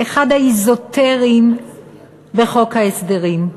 האזוטריים בחוק ההסדרים,